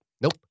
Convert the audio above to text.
nope